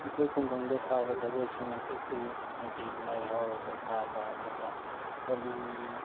ꯑꯩꯈꯣꯏ ꯈꯨꯡꯒꯪꯗ ꯁꯥꯕ ꯖꯒꯣꯏꯁꯤꯡ ꯑꯗꯨꯗꯤ ꯍꯥꯏꯕꯗꯤ ꯂꯥꯏ ꯍꯔꯥꯎꯕꯗ ꯁꯥꯕ ꯑꯗꯨꯒ ꯍꯣꯂꯤ